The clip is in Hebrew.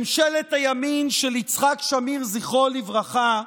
ממשלת הימין של יצחק שמיר, זכרו לברכה,